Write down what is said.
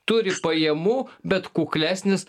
turi pajamų bet kuklesnis